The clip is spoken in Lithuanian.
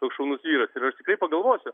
toks šaunus vyras ir aš tikrai pagalvosiu